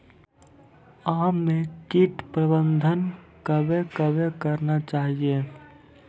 आम मे कीट प्रबंधन कबे कबे करना चाहिए?